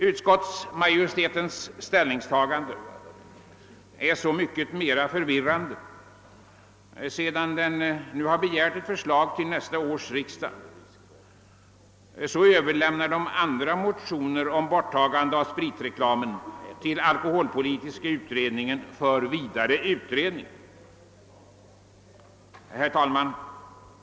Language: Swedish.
Utskottsmajoritetens ställningstagande är så mycket mer förvirrande som majoriteten, sedan den har begärt ett förslag till nästa års riksdag, nu överlämnar andra motioner om borttagande av spritreklamen till alkoholpolitiska utredningen för vidare utredning. Herr talman!